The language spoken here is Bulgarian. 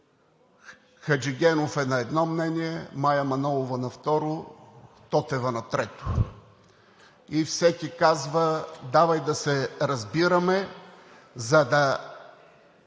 Хаджигенов е на едно мнение, Мая Манолова на второ, Тотева на трето и казва: давай да се разбираме, за да